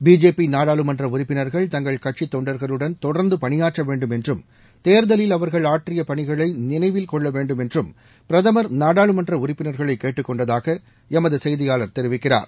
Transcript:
BJP நாடாளுமன்ற உறுப்பினர்கள் தங்கள் கட்சித் தொண்டர்களுடன் தொடர்ந்து பணியாற்ற வேண்டும் என்றும் தேர்தலில் அவர்கள் ஆற்றிய பணிகளை நினைவில் கொள்ள வேண்டும் என்றும் பிரதமர் நாடாளுமன்ற உறுப்பினர்களை கேட்டுக்கொண்டதாக எமது செய்தியாளர் தெரிவிக்கிறார்